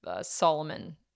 solomon